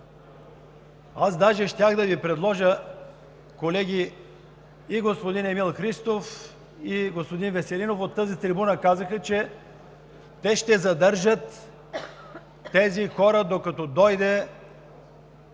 Аз даже щях да Ви предложа… Колеги, господин Емил Христов и господин Веселинов казаха от тази трибуна, че те ще задържат тези хора, докато дойде,